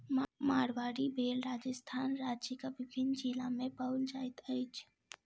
मारवाड़ी भेड़ राजस्थान राज्यक विभिन्न जिला मे पाओल जाइत अछि